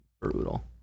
brutal